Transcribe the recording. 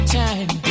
time